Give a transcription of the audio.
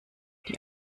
die